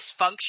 dysfunction